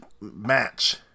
match